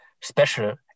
special